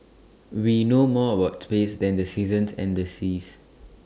we know more about space than the seasons and the seas